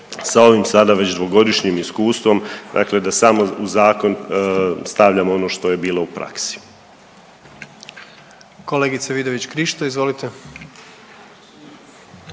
sa ovim sada već dvogodišnjim iskustvom dakle da samo u zakon stavljamo ono što je bilo u praksi. **Jandroković, Gordan